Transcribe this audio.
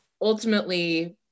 Ultimately